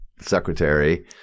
secretary